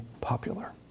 popular